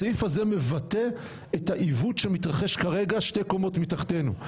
הסעיף הזה מבטא את העיוות שמתרחש כרגע שתי קומות מתחתינו.